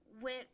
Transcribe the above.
went